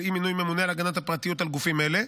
אי-מינוי ממונה על הגנת הפרטיות בגופים אלה,